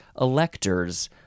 electors